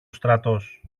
στρατός